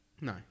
No